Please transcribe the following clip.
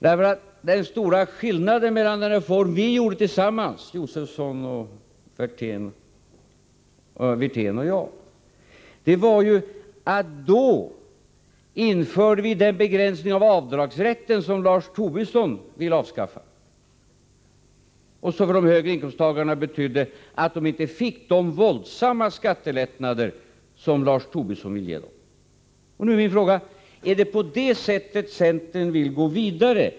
När det gäller den reform som Stig Josefson, Rolf Wirtén och jag tillsammans genomförde är ju den stora skillnaden att vi då införde den begränsning av avdragsrätten som Lars Tobisson vill avskaffa och som betydde att de högre inkomsttagarna inte fick de våldsamma skattelättnader som Lars Tobisson vill ge dem. Jag vill fråga: Är det på det sättet centern vill gå vidare?